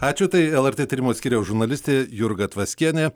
ačiū tai lrt tyrimų skyriaus žurnalistė jurga tvaskienė